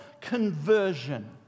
Conversion